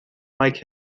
mike